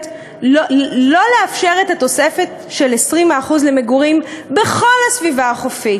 לא לאפשר את התוספת של 20% למגורים בכל הסביבה החופית,